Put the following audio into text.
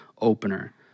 opener